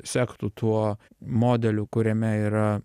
sektų tuo modeliu kuriame yra